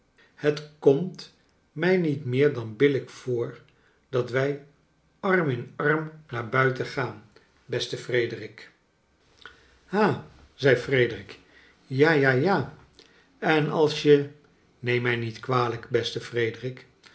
het komt mij niet meer dan billijk voor dat wij arm in arm naar buiten gaan beste erederik charles dickens har zei frederik ja ja ja en als je neem mij niet kwalijk beste frederik